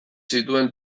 zituen